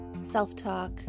self-talk